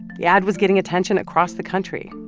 the ad was getting attention across the country.